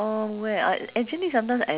oh you have to walk in